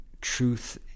truth